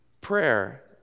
Prayer